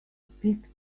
speak